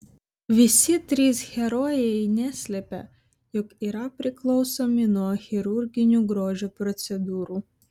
visi trys herojai neslepia jog yra priklausomi nuo chirurginių grožio procedūrų